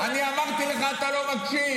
ואתם חושבים שהם יבואו כשאתם תיתנו ל-20% מהעם להשתמט,